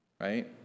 right